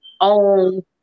own